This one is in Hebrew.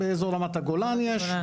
באזור רמת הגולן יש,